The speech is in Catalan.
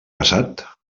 casat